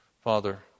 Father